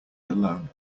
alone